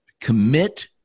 commit